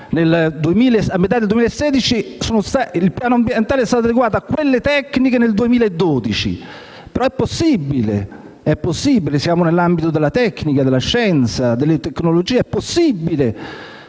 a metà del 2016, il piano ambientale è stato adeguato a quelle tecniche già nel 2012. Siamo nell'ambito della tecnica, della scienza e della tecnologia ed è possibile